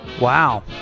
Wow